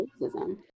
racism